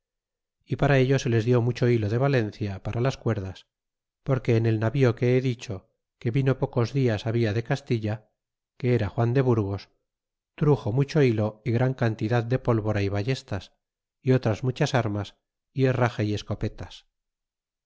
y para ello se les dió mucho hilo de valencia para las cuerdas porque en el navío que he dicho que vino pocos dias habia de castilla que era de juan de burgos truxo mucho hilo y gran cantidad de pólvora y ballestas y otras muchas armas y herrage y escopetas